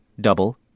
double